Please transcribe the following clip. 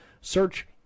Search